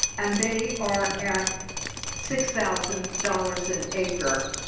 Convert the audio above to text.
and they are at six thousand dollars an acre.